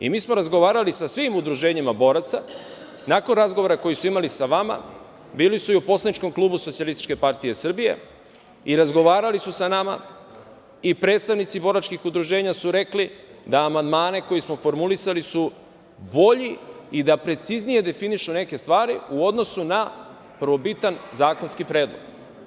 Mi smo razgovarali sa svim udruženjima boraca, nakon razgovora koji su imali sa vama, bili su i u poslaničkom klubu SPS i razgovarali su sa nama i predstavnici boračkih udruženja su rekli da su amandmani koje smo formulisali bolji i da preciznije definišu neke stvari u odnosu na prvobitan zakonski predlog.